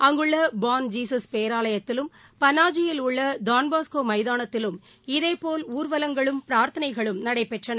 அங்குள்ள Bom Jesus பேராலயத்திலும் பனாஜியில் உள்ள தான்போஸ்கோ ஸ்மதானத்திலும் இதேபோல் ஊர்வலங்களும் பிரார்த்தனைகளும் நடந்தன